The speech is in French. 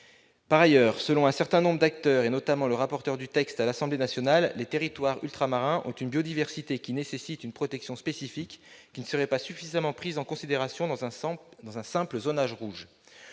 Par ailleurs, selon un certain nombre d'acteurs, et notamment le rapporteur du texte à l'Assemblée nationale, la biodiversité des territoires ultramarins nécessite une protection spécifique qui ne serait pas suffisamment prise en considération dans un simple zonage rouge.